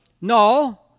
No